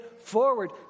forward